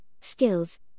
skills